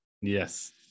Yes